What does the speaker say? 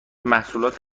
محصولات